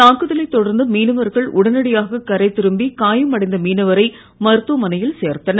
தாக்குதலைத் தொடர்ந்து மீனவர்கள் உடனடியாக கரை திரும்பி காயம் அடைந்த மீனவரை மருத்துவமனையில் சேர்த்தனர்